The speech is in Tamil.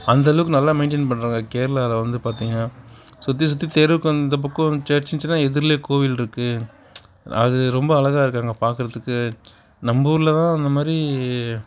அந்த அளவுக்கு நல்லா மெயின்டையின் பண்ணுறாங்க கேரளாவில் வந்து பார்த்தீங்னா சுற்றி சுற்றி தெருவுக்கு இந்த பக்கம் சர்ச்சி இருந்துச்சுனால் எதிர்லேயே கோயிலும் இருக்குது அது ரொம்ப அழகாக இருக்காங்க பார்க்குறதுக்கு நம்ம ஊரில் தான் அந்த மாதிரி